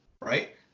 Right